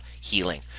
healing